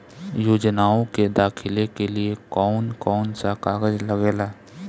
योजनाओ के दाखिले के लिए कौउन कौउन सा कागज लगेला?